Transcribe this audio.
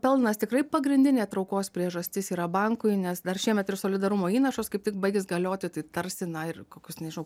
pelnas tikrai pagrindinė traukos priežastis yra bankui nes dar šiemet ir solidarumo įnašas kaip tik baigias galioti tai tarsi na ir kokios nežinau